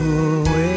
away